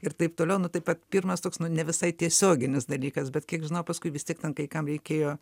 ir taip toliau nu taip vat pirmas toks nu ne visai tiesioginis dalykas bet kiek žinau paskui vis tiek ten kai kam reikėjo